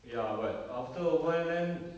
ya but after awhile then